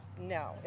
No